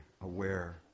aware